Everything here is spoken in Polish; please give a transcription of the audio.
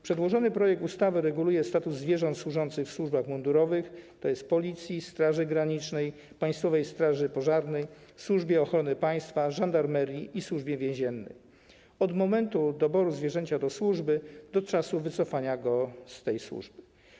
Przedłożony projekt ustawy reguluje status zwierząt służących w służbach mundurowych, tj. Policji, Straży Granicznej, Państwowej Straży Pożarnej, Służbie Ochrony Państwa, Żandarmerii Wojskowej i Służbie Więziennej, od momentu doboru zwierzęcia do służby do czasu wycofania go z tej służby.